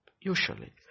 usually